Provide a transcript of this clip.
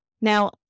Now